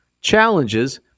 challenges